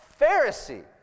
Pharisee